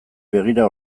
begira